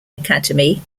academy